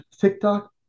TikTok